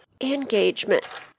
engagement